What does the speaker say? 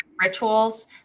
rituals